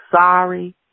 sorry